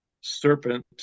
serpent